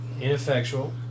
ineffectual